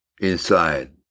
Inside